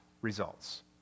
results